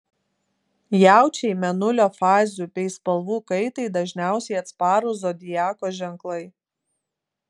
jaučiai mėnulio fazių bei spalvų kaitai dažniausiai atsparūs zodiako ženklai